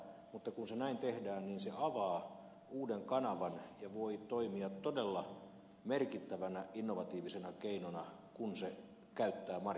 mutta kun se näin tehdään se avaa uuden kanavan ja voi toimia todella merkittävänä innovatiivisena keinona kun se käyttää markkinoita